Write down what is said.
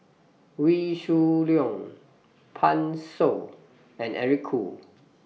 Wee Shoo Leong Pan Shou and Eric Khoo